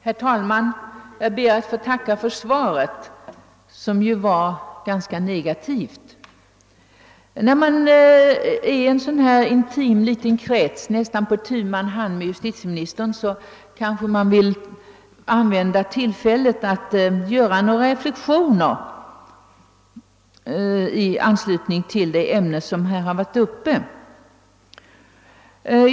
Herr talman! Jag ber att få tacka för svaret ehuru det var ganska negativt. När man befinner sig i en så intim liten krets som kammarens ledamöter i dag utgör och man nästan är på tu man hand med justitieministern, bör man kanske använda det tillfället till att göra några reflexioner i anslutning till det ämne jag tagit upp.